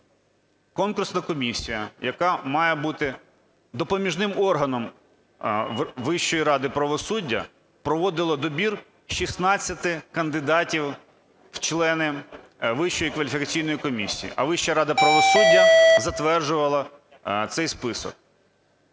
конкурсна комісія, яка має бути допоміжним органом Вищої ради правосуддя, проводила добір 16 кандидатів в члени Вищої кваліфікаційної комісії, а Вища рада правосуддя затверджувала цей список.